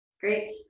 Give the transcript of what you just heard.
great